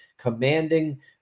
commanding